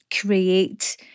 create